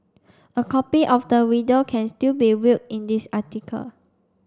a copy of the video can still be viewed in this article